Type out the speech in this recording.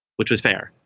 which was fair,